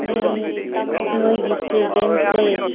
ꯅꯣꯏꯒꯤꯁꯤ ꯔꯦꯟꯁꯦ